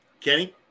Kenny